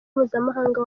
mpuzamahanga